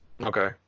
Okay